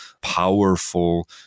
powerful